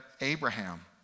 Abraham